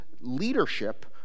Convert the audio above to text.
leadership